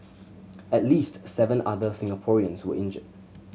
at least seven other Singaporeans were injured